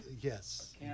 Yes